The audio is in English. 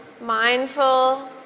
mindful